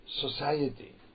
society